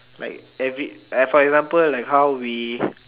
like every for example like how we